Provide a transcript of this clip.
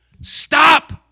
Stop